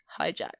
hijack